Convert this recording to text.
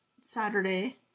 Saturday